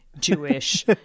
Jewish